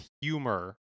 humor